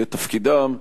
לתפקידם,